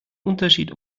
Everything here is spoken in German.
unterschied